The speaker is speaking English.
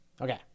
Okay